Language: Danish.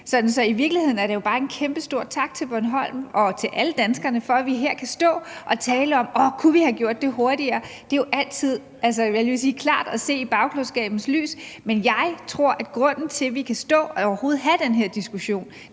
Så i virkeligheden skal der jo bare lyde en kæmpestor tak til Bornholm og til alle danskerne for, at vi her kan stå og tale om, om vi kunne have gjort det hurtigere. Det er jo altid, jeg var lige ved at sige klart at se i bagklogskabens lys, men jeg tror, at grunden til, at vi kan stå og overhovedet have den her diskussion,